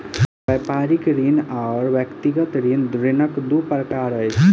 व्यापारिक ऋण आर व्यक्तिगत ऋण, ऋणक दू प्रकार अछि